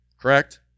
Correct